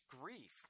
grief